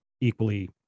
equally